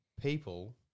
People